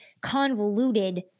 convoluted